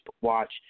Watch